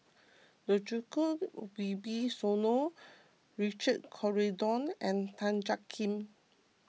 Djoko Wibisono Richard Corridon and Tan Jiak Kim